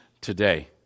today